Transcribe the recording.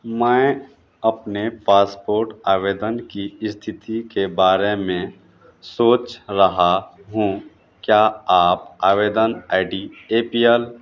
मैं अपने पासपोर्ट आवेदन की स्थिति के बारे में सोच रहा हूँ क्या आप आवेदन I D A P L